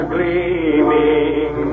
Gleaming